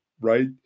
right